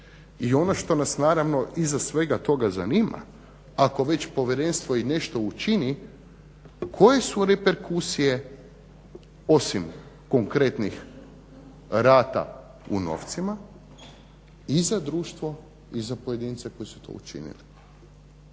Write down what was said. I ono što nas naravno iza svega toga zanima ako već povjerenstvo i nešto učini koje su reperkusije osim konkretnih rata u novcima i za društvo i za pojedince koji su to učinili?